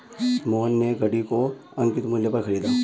मोहन ने घड़ी को अंकित मूल्य पर खरीदा